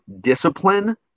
discipline